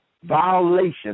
Violation